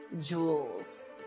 jewels